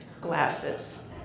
glasses